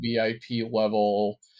VIP-level